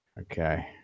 Okay